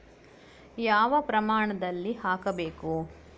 ಯಾವ ಪ್ರಮಾಣದಲ್ಲಿ ಹಾಕಬೇಕು?